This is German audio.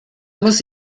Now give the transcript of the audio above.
muss